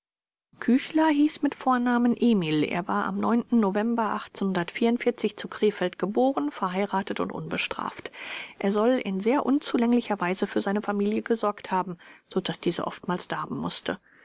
küchler hieß mit vornamen emil er war am november zu krefeld geboren verheiratet und unbestraft er soll in sehr unzulänglicher weise für seine familie gesorgt haben so daß diese oftmals darben mußte